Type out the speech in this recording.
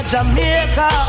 Jamaica